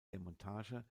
demontage